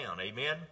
amen